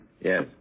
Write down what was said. Yes